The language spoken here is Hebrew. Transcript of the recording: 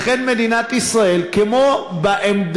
לכן, מדינת ישראל, כמו בעמדה,